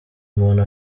umuntu